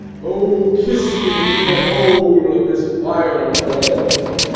o, kiss me through the hole of this vile wall.